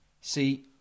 see